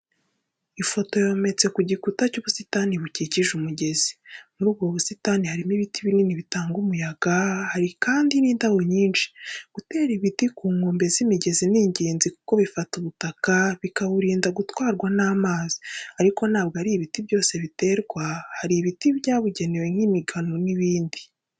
Ifoto yometse ku gikuta y'ubusitani bukikije umugezi. Muri ubwo busitani harimo ibiti binini bitanga umuyaga, hari kandi n'indabo nyinshi. Gutera ibiti ku nkombe z'imigezi ni ingenzi kuko bifata ubutaka, bikaburinda gutwarwa n'amazi, ariko ntabwo ari ibiti byose biterwa, hari ibiti byabugenewe nk'imigano n'ibindi.